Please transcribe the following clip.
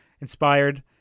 inspired